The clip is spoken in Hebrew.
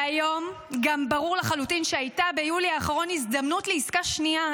והיום גם ברור לחלוטין שהייתה ביולי האחרון הזדמנות לעסקה שנייה,